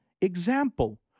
example